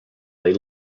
they